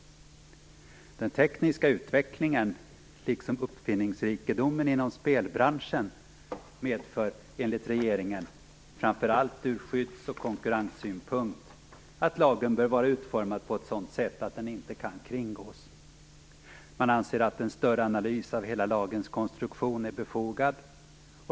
Den tekniska utvecklingen, liksom uppfinningsrikedomen inom spelbranschen, medför enligt regeringen, framför allt ur skydds och konkurrenssynpunkt, att lagen bör vara utformad på ett sådant sätt att den inte kan kringgås. Man anser att en större analys av hela lagens konstruktion är befogad.